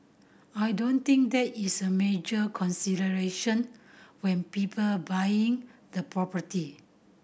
I don't think that is a major consideration when people buy the property